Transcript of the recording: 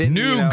new